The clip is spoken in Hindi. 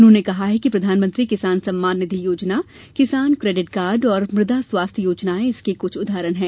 उन्होंने कहा कि प्रधानमंत्री किसान सम्मान निधि योजना किसान क्रैडिट कार्ड और मुदा स्वास्थ्य योजनाएं इसके क्छ उदाहरण हैं